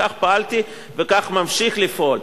כך פעלתי וכך אני ממשיך לפעול.